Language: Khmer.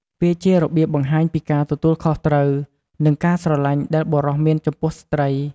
វាជារបៀបបង្ហាញពីការទទួលខុសត្រូវ និងការស្រឡាញ់ដែលបុរសមានចំពោះស្ត្រី។